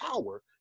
power